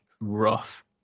rough